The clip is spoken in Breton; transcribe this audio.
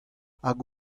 hag